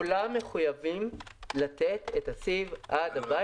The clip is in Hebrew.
כולם מחויבים לתת את הסיב עד הבית,